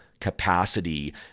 Capacity